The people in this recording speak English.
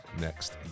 next